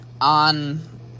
on